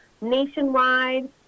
nationwide